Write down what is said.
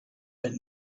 but